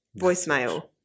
voicemail